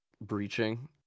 breaching